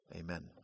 Amen